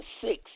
six